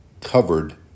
covered